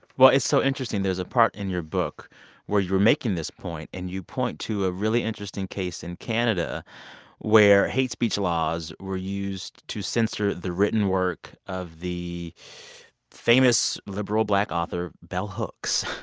well, it's so interesting. there's a part in your book where you were making this point, and you point to a really interesting case in canada where hate speech laws were used to censor the written work of the famous liberal black author bell hooks.